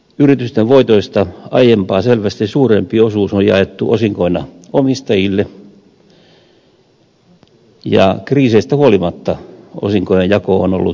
yritysten voitoista aiempaa selvästi suurempi osuus on jaettu osinkoina omistajille ja kriiseistä huolimatta osinkojen jako on ollut avokätistä